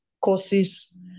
courses